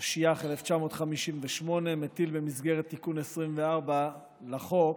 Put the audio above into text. התשי"ח 1958, במסגרת תיקון 24 לחוק,